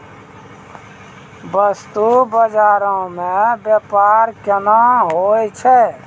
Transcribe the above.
बस्तु बजारो मे व्यपार केना होय छै?